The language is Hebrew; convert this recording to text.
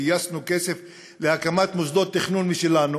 גייסנו כסף להקמת מוסדות תכנון משלנו.